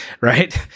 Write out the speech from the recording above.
Right